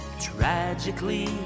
Tragically